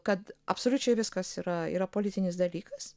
kad absoliučiai viskas yra yra politinis dalykas